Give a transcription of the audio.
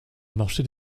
marché